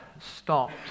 stopped